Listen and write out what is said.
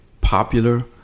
popular